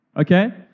Okay